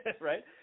right